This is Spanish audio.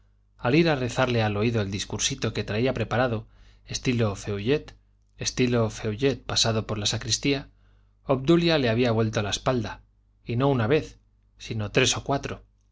ir a rezarle al oído el discursito que traía preparado estilo feuillet pasado por la sacristía obdulia le había vuelto la espalda y no una vez sino tres o cuatro